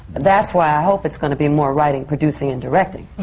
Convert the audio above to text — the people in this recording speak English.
that's why i hope it's going to be more writing, producing, and directing,